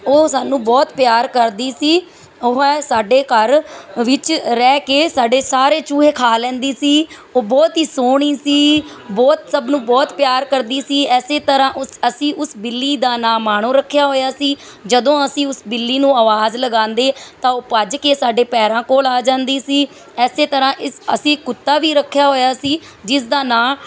ਉਹ ਸਾਨੂੰ ਬਹੁਤ ਪਿਆਰ ਕਰਦੀ ਸੀ ਉਹ ਹੈ ਸਾਡੇ ਘਰ ਵਿੱਚ ਰਹਿ ਕੇ ਸਾਡੇ ਸਾਰੇ ਚੂਹੇ ਖਾ ਲੈਂਦੀ ਸੀ ਉਹ ਬਹੁਤ ਹੀ ਸੋਹਣੀ ਸੀ ਬਹੁਤ ਸਭ ਨੂੰ ਬਹੁਤ ਪਿਆਰ ਕਰਦੀ ਸੀ ਇਸੇ ਤਰ੍ਹਾਂ ਉਸ ਅਸੀਂ ਉਸ ਬਿੱਲੀ ਦਾ ਨਾਮ ਮਾਣੋਂ ਰੱਖਿਆ ਹੋਇਆ ਸੀ ਜਦੋਂ ਅਸੀਂ ਉਸ ਬਿੱਲੀ ਨੂੰ ਆਵਾਜ਼ ਲਗਾਉਂਦੇ ਤਾਂ ਉਹ ਭੱਜ ਕੇ ਸਾਡੇ ਪੈਰਾਂ ਕੋਲ ਆ ਜਾਂਦੀ ਸੀ ਇਸੇ ਤਰ੍ਹਾਂ ਇਸ ਅਸੀਂ ਕੁੱਤਾ ਵੀ ਰੱਖਿਆ ਹੋਇਆ ਸੀ ਜਿਸ ਦਾ ਨਾਂ